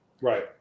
Right